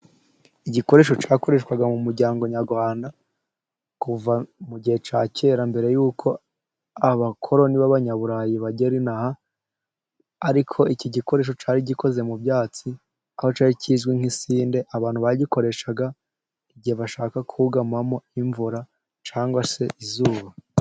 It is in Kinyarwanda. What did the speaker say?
Igikoresho cyakoreshwaga mu muryango nyarwanda kuva mu gihe cya kera mbere y'uko abakoroni b'abanyaburayi bagera ino aha. Ariko iki gikoresho cyari gikoze mu byatsi, aho cyari kizwi nk'isinde. Abantu bagikoreshaga igihe bashaka kugamamo imvura cyangwa se izuba.